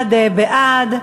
41 בעד.